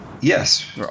yes